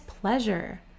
pleasure